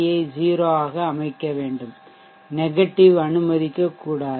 யை 0 ஆக அமைக்க வேண்டும் நெகட்டிவ் அனுமதிக்கக்கூடாது